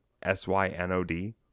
S-Y-N-O-D